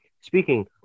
Speaking